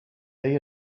they